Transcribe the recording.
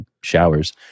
showers